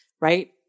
right